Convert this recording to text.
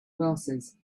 glasses